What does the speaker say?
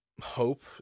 hope